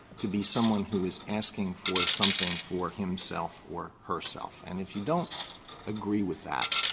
to be someone who is asking for something for himself or herself? and if you don't agree with that,